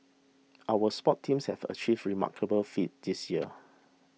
our sports teams have achieved remarkable feats this year